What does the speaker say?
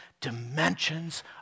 dimensions